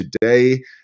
today